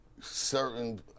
certain